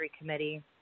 committee